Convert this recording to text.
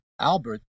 albert